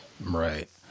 Right